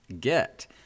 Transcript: get